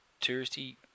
touristy